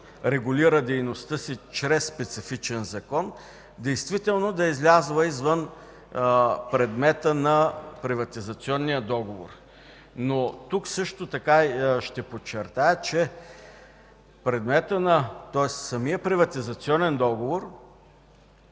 регулира дейността си чрез специфичен закон, действително да е излязла извън предмета на приватизационния договор. Тук също така ще подчертая, че самият приватизационен договор